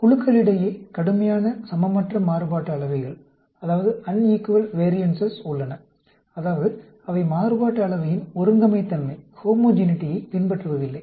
குழுக்களிடையே கடுமையான சமமற்ற மாறுபாட்டு அளவைகள் உள்ளன அதாவது அவை மாறுபாட்டு அளவையின் ஒருங்கமைத்தன்மையைப் பின்பற்றுவதில்லை